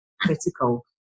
critical